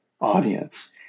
audience